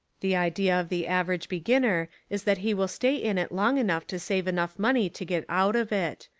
the idea of the average beginner is that he will stay in it long enough to save enough money to get out of it.